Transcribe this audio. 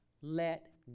let